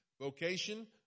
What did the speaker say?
vocation